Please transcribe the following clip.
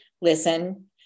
listen